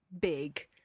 big